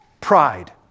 pride